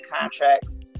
contracts